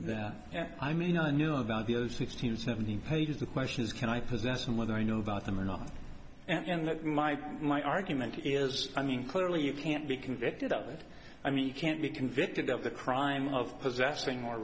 that and i mean i knew about the sixteen seventeen pages the question is can i possess and whether i know about them or not and that my my argument is i mean clearly you can't be convicted of it i mean you can't be convicted of the crime of